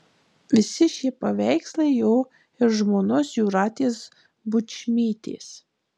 visi šie paveikslai jo ir žmonos jūratės bučmytės